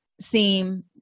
seem